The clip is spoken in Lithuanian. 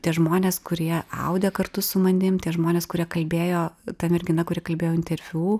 tie žmonės kurie audė kartu su manim tie žmonės kurie kalbėjo ta mergina kuri kalbėjo interviu